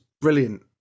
brilliant